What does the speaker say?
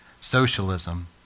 socialism